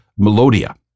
Melodia